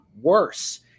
worse